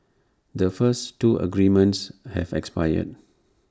the first two agreements have expired